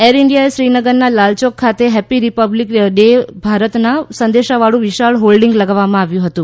air ઈન્ડિયાએ શ્રીનગરના લાલ ચોક ખાતે હેપ્પી રિપ્બલીક ડે ભારત ના સંદેશાવાળુ વિશાળ હોર્ડીંગ લગાવવામાં આવ્યુ હતુ